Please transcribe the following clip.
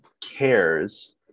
cares